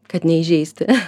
kad neįžeisti